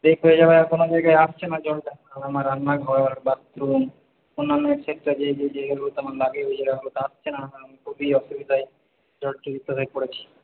break হয়ে যাওয়ায় কোনো জায়গায় আসছে না জলটা আমার রান্নাঘর বাথরুম অন্যান্য এটসেট্রা যে যে জায়গাগুলোতে আমার লাগে ওই জায়গাগুলোতে আমার আসছে না খুবই অসুবিধায় জর্জরিত হয়ে পড়েছি